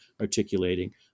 articulating